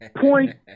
Point